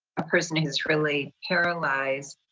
a person who is really paralyzed.